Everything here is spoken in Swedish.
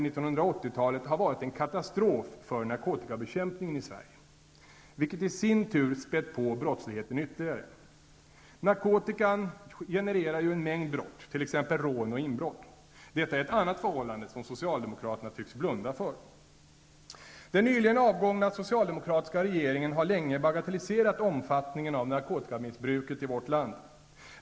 talet har varit en katastrof för narkotikabekämpningen i Sverige, vilket i sin tur spätt på brottsligheten ytterligare. Narkotikan genererar ju en mängd brott, t.ex. rån och inbrott. Detta är ett annat förhållande som socialdemokraterna tycks blunda för. Den nyligen avgångna socialdemokratiska regeringen har länge bagatelliserat omfattningen av narkotikamissbruket i vårt land.